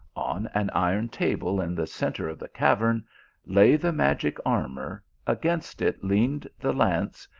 on an iron table in the centre of the cavern lay the magic armour, against it leaned the lance,